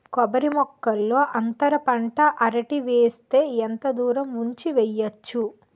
కొబ్బరి మొక్కల్లో అంతర పంట అరటి వేస్తే ఎంత దూరం ఉంచి వెయ్యొచ్చు?